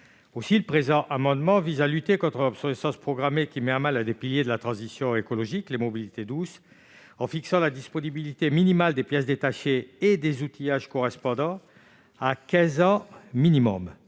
80 %. Le présent amendement vise à lutter contre l'obsolescence programmée, qui met à mal l'un des piliers de la transition écologique, c'est-à-dire le principe des mobilités douces, en fixant la disponibilité minimale des pièces détachées et des outillages correspondants à quinze ans minimum.